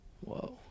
Whoa